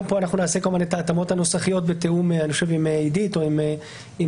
גם כאן אנחנו נעשה את ההתאמות הנוסחיות בתיאום עם עידית או עם רוני.